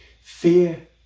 Fear